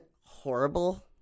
horrible